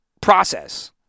process